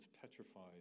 petrified